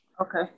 Okay